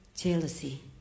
Jealousy